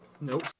Nope